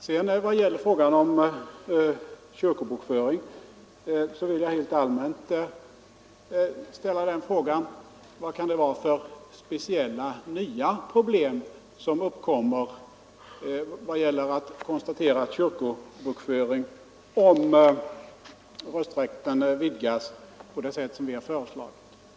45 När det gäller kyrkobokföringen vill jag helt allmänt ställa frågan: Vilka speciella, nya problem uppkommer beträffande kyrkobokföringen om rösträtten vidgas på det sätt som vi har föreslagit?